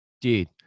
Dude